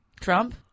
Trump